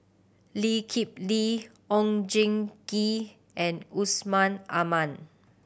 Lee Kip Lee Oon Jin Gee and Yusman Aman